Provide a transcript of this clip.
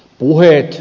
puheet